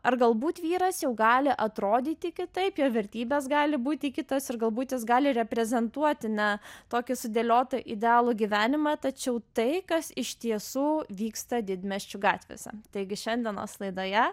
ar galbūt vyras jau gali atrodyti kitaip jo vertybės gali būti kitos ir galbūt jis gali reprezentuoti ne tokį sudėliotą idealų gyvenimą tačiau tai kas iš tiesų vyksta didmiesčių gatvėse taigi šiandienos laidoje